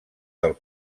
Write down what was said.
del